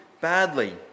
badly